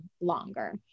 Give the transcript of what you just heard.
longer